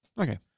Okay